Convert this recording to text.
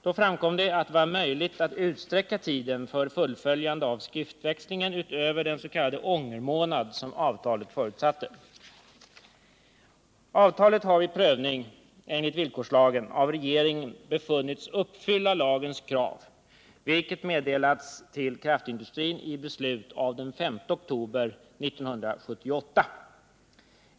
Då 1iramkom det att det var möjligt att utsträcka tiden för fullföljandet av skriftväxlingen utöver den s.k. ångermånad som avtalet förutser. Avtalet har vid prövning enligt villkorslagen av regeringen befunnits uppfylla lagens krav, vilket meddelats till kraftindustrin i beslut av den 5 oktober 1978.